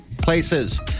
places